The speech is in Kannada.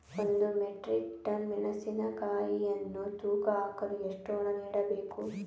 ಒಂದು ಮೆಟ್ರಿಕ್ ಟನ್ ಮೆಣಸಿನಕಾಯಿಯನ್ನು ತೂಕ ಹಾಕಲು ಎಷ್ಟು ಹಣ ನೀಡಬೇಕು?